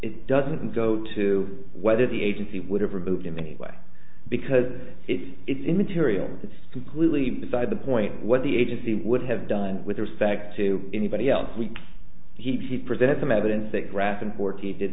it doesn't go to whether the agency would have removed him anyway because it's immaterial it's completely beside the point what the agency would have done with respect to anybody else we he she presented some evidence that graf and forty did